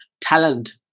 talent